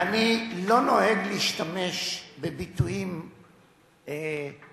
אני לא נוהג להשתמש בביטויים קיצוניים.